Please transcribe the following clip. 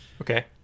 Okay